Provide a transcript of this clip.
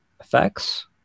effects